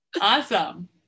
Awesome